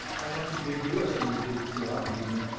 i have to give you, as i'm going to do throughout the evening,